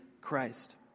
Christ